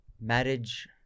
marriage